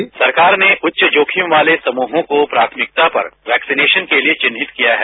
उत्तर सरकार ने उच्च जोखिम वाले समूहों को प्राधमिकता पर वैकिसनेशन के लिए चिन्हित किया है